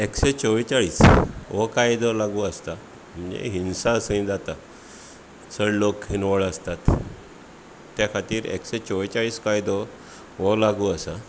एकशें चोव्वेचाळीस हो कायदो लागू आसता म्हणजे हिंसा जय जाता चड लोक इन्वोल्व आसतात त्या खातीर एकशें चोव्वेचाळीस कायदो हो लागू आसा